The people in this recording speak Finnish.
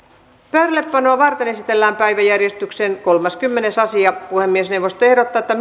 pöydällepanoa varten esitellään päiväjärjestyksen kolmaskymmenes asia puhemiesneuvosto ehdottaa että